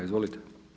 Izvolite.